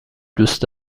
دوست